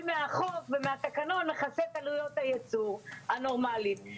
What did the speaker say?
מהחוב ומהתקנות מכסה את עלות הייצור הנורמלית.